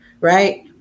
Right